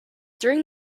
during